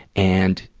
and,